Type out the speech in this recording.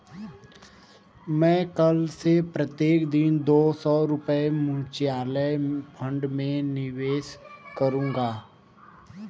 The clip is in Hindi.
मैं कल से प्रत्येक दिन दो सौ रुपए म्यूचुअल फ़ंड में निवेश करूंगा